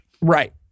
Right